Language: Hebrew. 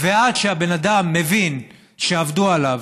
ועד שהבן אדם מבין שעבדו עליו,